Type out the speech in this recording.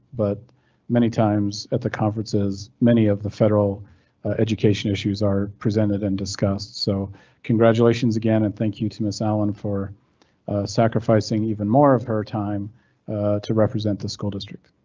but many times at the conferences. many of the federal education issues are presented and discussed. so congratulations again and thank you to ms allan for sacrificing even more of her time to represent the school district.